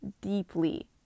deeply